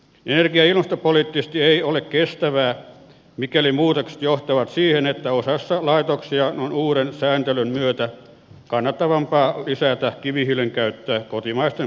energia ja ilmastopoliittisesti ei ole kestävää mikäli muutokset johtavat siihen että osassa laitoksia on uuden sääntelyn myötä kannattavampaa lisätä kivihiilen käyttöä kotimaisten polttoaineiden sijasta